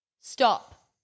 stop